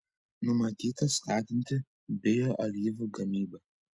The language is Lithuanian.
numatyta skatinti bioalyvų gamybą